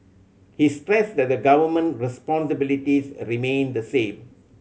he stressed that the Government responsibilities remain the same